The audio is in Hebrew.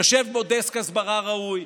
יושב בו דסק הסברה ראוי,